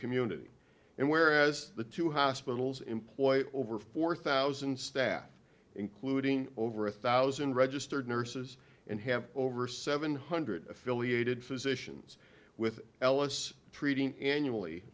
community and whereas the two hospitals employ over four thousand staff including over a thousand registered nurses and have over seven hundred affiliated physicians with ellis treating annually